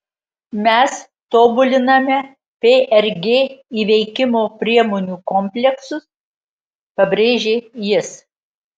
mes tobuliname prg įveikimo priemonių kompleksus pabrėžė jis